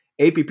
app